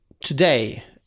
today